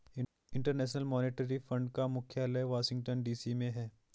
international Monetary Fund का मुख्यालय Washington DC में है